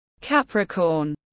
Capricorn